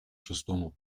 шестому